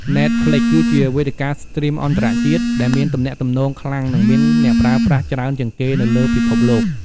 ណែតហ្ល្វិច (Netflix) គឺជាវេទិកាស្ទ្រីមអន្តរជាតិដែលមានទំនាក់ទំនងខ្លាំង និងមានអ្នកប្រើប្រាស់ច្រើនជាងគេនៅលើពិភពលោក។